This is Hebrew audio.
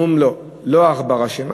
אומרים: לא, לא העכבר אשם.